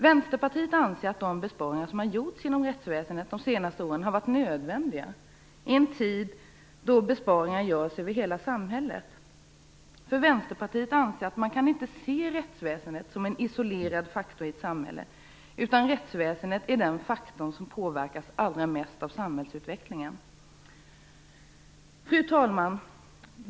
Vänsterpartiet anser att de besparingar som gjorts inom rättsväsendet de senaste åren har varit nödvändiga i en tid då besparingar görs i hela samhället. Vi anser att man inte kan se rättsväsendet som en isolerad faktor i samhället. Rättsväsendet är tvärtom den faktor som påverkas allra mest av samhällsutvecklingen. Fru talman!